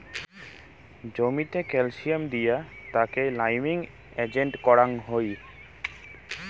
জমিতে ক্যালসিয়াম দিয়া তাকে লাইমিং এজেন্ট করাং হই